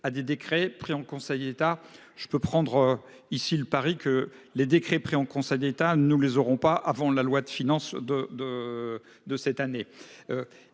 10 décret pris en Conseil d'État. Je peux prendre ici le pari que les décrets pris en Conseil d'État, nous les aurons pas avant la loi de finances de de de cette année.